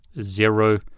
zero